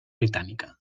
britànica